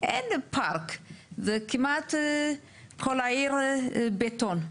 אין פארק, זה כמעט כל העיר בטון.